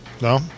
No